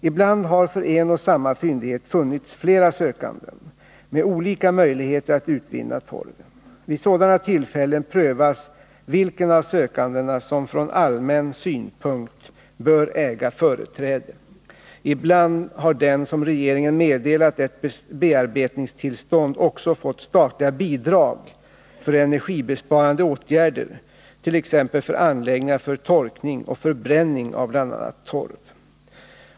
Ibland har för en och samma fyndighet funnits flera sökande med olika möjligheter att utvinna torven. Vid sådana tillfällen prövas vilken av sökandena som från allmän synpunkt bör äga företräde. Ibland har den som regeringen meddelat ett bearbetningstillstånd också fått statliga bidrag för energibesparande åtgärder, t.ex. för anläggningar för torkning och förbränning av bl.a. torv.